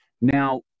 Now